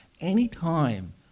Anytime